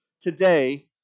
today